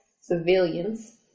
civilians